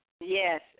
Yes